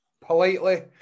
politely